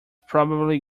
probably